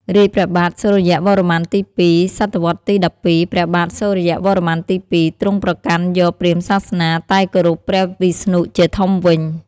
រាជ្យព្រះបាទសូរ្យវរ្ម័នទី២ (សតវត្សរ៍ទី ១២) ព្រះបាទសូរ្យវរ្ម័នទី២ ទ្រង់ប្រកាន់យកព្រាហ្មណ៍សាសនា តែគោរព ព្រះវិស្ណុ ជាធំវិញ។